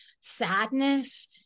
sadness